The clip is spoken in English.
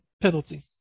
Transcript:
penalty